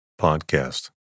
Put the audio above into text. podcast